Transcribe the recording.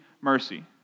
mercy